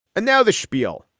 and now the spiel.